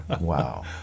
Wow